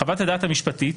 חוות-הדעת המשפטית,